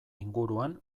inguruan